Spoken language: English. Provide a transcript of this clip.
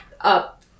up